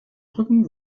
brücken